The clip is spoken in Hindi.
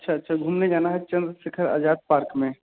अच्छा अच्छा घूमने जाना है चंद्रशेखर आज़ाद पार्क में